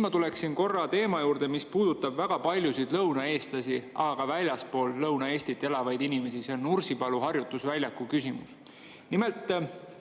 Ma tulen korra teema juurde, mis puudutab väga paljusid lõunaeestlasi, aga ka väljaspool Lõuna-Eestit elavaid inimesi – see on Nursipalu harjutusvälja küsimus. Nimelt,